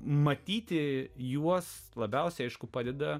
matyti juos labiausiai aišku padeda